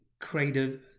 create